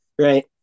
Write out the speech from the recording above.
Right